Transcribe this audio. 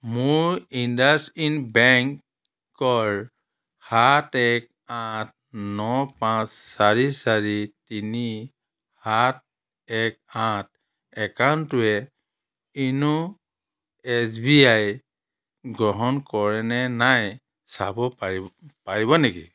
মোৰ ইণ্ডাচইণ্ড বেংকৰ সাত এক আঠ ন পাঁচ চাৰি চাৰি তিনি সাত এক আঠ একাউণ্টটোৱে ইন' এছ বি আই গ্ৰহণ কৰেনে নাই চাব পাৰি পাৰিব নেকি